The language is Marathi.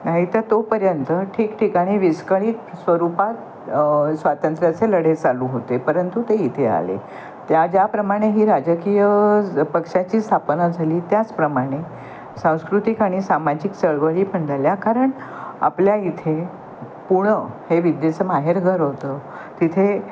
नाहीतर तोपर्यंत ठिकठिकाणी विस्कळीत स्वरूपात स्वातंत्र्याचे लढे चालू होते परंतु ते इथे आले त्या ज्याप्रमाणे ही राजकीय पक्षाची स्थापना झाली त्याचप्रमाणे सांस्कृतिक आणि सामाजिक चळवळी पण झाल्या कारण आपल्या इथे पुणं हे विद्येचं माहेरघर होतं तिथे